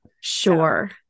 Sure